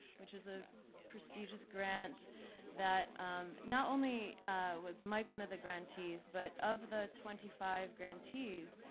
which is a prestigious grant that not only was mike one of the grantees, but of the twenty five grantees,